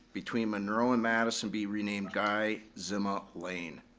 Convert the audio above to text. between munro and madison be renamed guy zima lane.